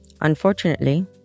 Unfortunately